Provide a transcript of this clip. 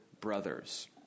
brothers